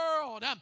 world